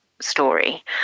Story